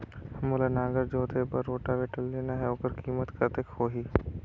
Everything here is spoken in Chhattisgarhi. मोला नागर जोते बार रोटावेटर लेना हे ओकर कीमत कतेक होही?